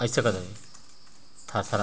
आम समुद्री क्रस्टेशियंस हई